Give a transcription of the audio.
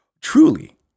truly